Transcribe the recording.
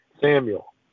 Samuel